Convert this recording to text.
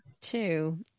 Two